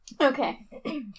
Okay